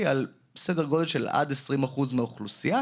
על סדר גודל של עד 20% מהאוכלוסייה,